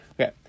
okay